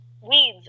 weeds